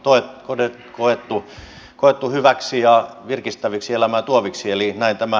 ne on koettu hyviksi ja virkistäviksi elämää tuoviksi